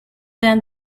then